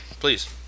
please